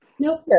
Nope